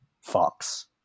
Fox